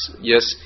Yes